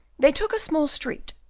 they took a small street,